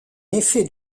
effet